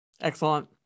Excellent